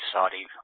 Saudi